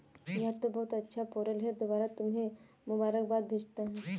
यह तो बहुत अच्छा पेरोल है दोबारा तुम्हें मुबारकबाद भेजता हूं